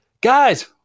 guys